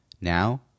Now